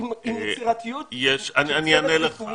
הנושא